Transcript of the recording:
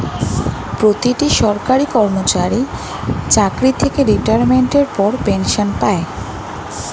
প্রতিটি সরকারি কর্মচারী চাকরি থেকে রিটায়ারমেন্টের পর পেনশন পায়